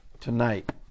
tonight